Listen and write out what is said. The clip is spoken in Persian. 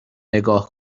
نگاه